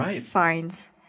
fines